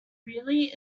really